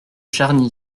charny